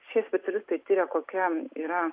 šie specialistai tiria kokia yra